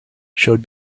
showed